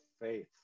faith